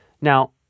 Now